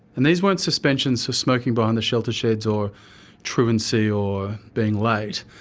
and these weren't suspensions for smoking behind the shelter sheds or truancy or being late,